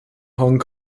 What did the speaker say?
hong